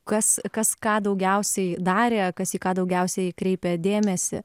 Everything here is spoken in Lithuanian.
kas kas ką daugiausiai darė kas į ką daugiausiai kreipė dėmesį